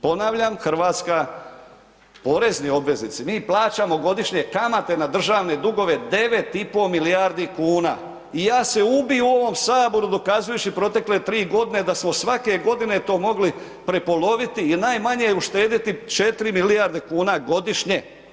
Ponavljam Hrvatska, porezni obveznici mi plaćamo godišnje kamate na državne dugove 9,5 milijardi kuna i ja se ubi u ovom saboru dokazujući protekle 3 godine da smo svake godine to mogli prepoloviti i najmanje uštedjeti 4 milijarde kuna godišnje.